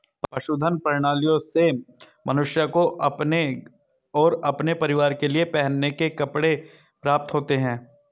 पशुधन प्रणालियों से मनुष्य को अपने और अपने परिवार के लिए पहनने के कपड़े प्राप्त होते हैं